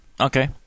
Okay